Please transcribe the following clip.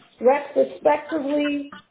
retrospectively